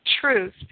truth